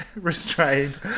restrained